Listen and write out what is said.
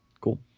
Cool